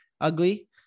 ugly